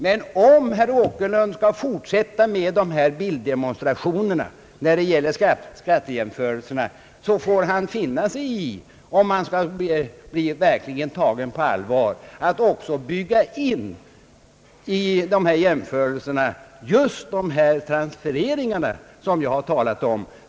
Men om herr Åkerlund skall fortsätta med dessa bilddemonstrationer när det gäller skattejämförelserna, får han — om han vill bli tagen på allvar — finna sig i att det vid dessa jämförelser också tas hänsyn till de transfereringar som jag har talat om.